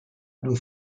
due